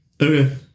Okay